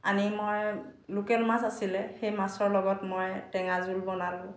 আনি মই লোকেল মাছ আছিলে সেই মাছৰ লগত মই টেঙা জোল বনালোঁ